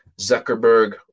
Zuckerberg